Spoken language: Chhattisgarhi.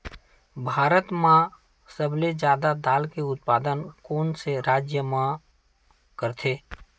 भारत मा सबले जादा दाल के उत्पादन कोन से राज्य हा करथे?